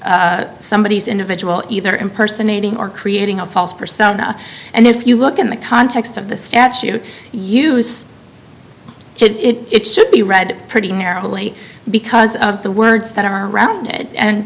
e somebody is individual either impersonating or creating a false persona and if you look at the context of the statute use it should be read pretty narrowly because of the words that are around it and